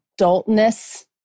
adultness